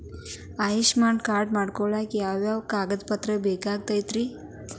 Ayushman card ಮಾಡ್ಸ್ಲಿಕ್ಕೆ ಯಾವ ಯಾವ ಕಾಗದ ಪತ್ರ ಬೇಕಾಗತೈತ್ರಿ?